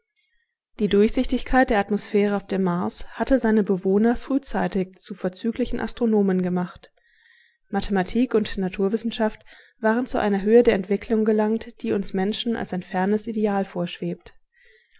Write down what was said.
die durchsichtigkeit der atmosphäre auf dem mars hatte seine bewohner frühzeitig zu vorzüglichen astronomen gemacht mathematik und naturwissenschaft waren zu einer höhe der entwicklung gelangt die uns menschen als ein fernes ideal vorschwebt